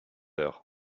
heures